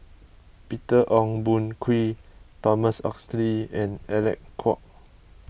Peter Ong Boon Kwee Thomas Oxley and Alec Kuok